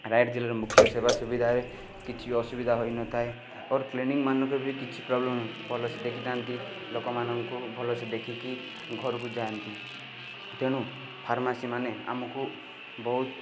ରାୟଗଡ଼ା ଜିଲ୍ଲାରେ ମୁଖ୍ୟ ସେବା ସୁବିଧାରେ କିଛି ବି ଅସୁବିଧା ହୋଇନଥାଏ ପର କ୍ଲିନିକମାନଙ୍କ ବି କିଛି ପ୍ରୋବ୍ଲେମ୍ ପଲିସି ଦେଖିଥାନ୍ତି ଲୋକମାନଙ୍କୁ ଭଲସେ ଦେଖିକି ଘରକୁ ଯାଆନ୍ତି ତେଣୁ ଫାର୍ମାସୀମାନେ ଆମକୁ ବହୁତ